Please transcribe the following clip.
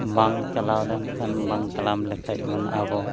ᱵᱟᱝ ᱪᱟᱞᱟᱣ ᱞᱮᱱᱠᱷᱟᱱ ᱵᱟᱝ ᱛᱟᱲᱟᱢ ᱞᱮᱠᱷᱟᱱ ᱢᱟᱱᱮ ᱟᱵᱚ